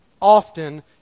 often